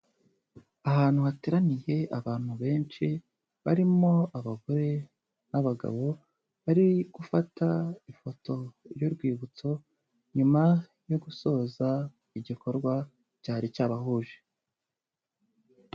Ahantu hateraniye abantu benshi barimo abagore n'abagabo bari gufata ifoto y'urwibutso nyuma yo gusoza igikorwa cyari cyabahuje.